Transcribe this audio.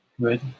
good